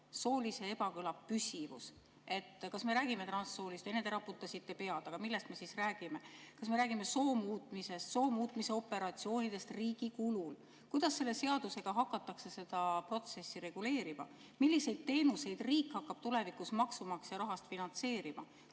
soolise ebakõla püsivus. Kas me räägime transsoolistest? Enne te raputasite pead. Aga millest me siis räägime? Kas me räägime soo muutmisest, soo muutmise operatsioonidest riigi kulul? Kuidas selle seadusega hakatakse seda protsessi reguleerima? Milliseid teenuseid hakkab riik tulevikus maksumaksja rahast finantseerima?